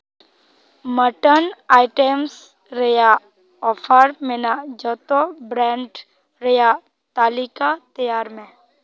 mutton items ᱨᱮᱭᱟᱜ offer ᱢᱮᱱᱟᱜ ᱡᱚᱛᱚ ᱵᱨᱮᱱᱰ ᱨᱮᱭᱟᱜ ᱛᱟᱹᱞᱤᱠᱟ ᱛᱮᱭᱟᱨ ᱢᱮ